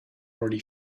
already